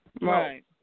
Right